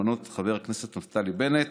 למנות את חבר הכנסת נפתלי בנט